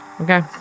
Okay